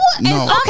no